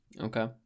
Okay